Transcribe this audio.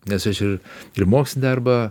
nes aš ir ir mokslinį darbą